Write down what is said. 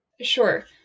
Sure